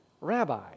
rabbi